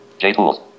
JTools